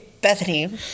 Bethany